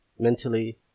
mentally